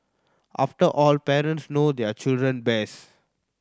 after all parents know their children best